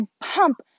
pump